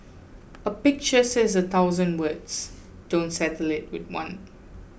a pictures says a thousand words don't settle with one